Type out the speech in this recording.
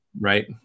Right